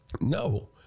No